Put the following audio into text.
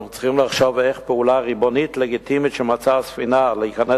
אנחנו צריכים לחשוב איך פעולה ריבונית לגיטימית של מעצר ספינה מלהיכנס